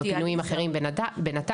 או בפינויים אחרים בנט"ן,